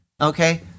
Okay